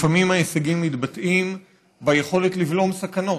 לפעמים ההישגים מתבטאים ביכולת לבלום סכנות,